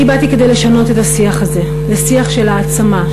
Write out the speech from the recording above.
אני באתי כדי לשנות את השיח הזה לשיח של העצמה,